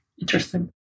Interesting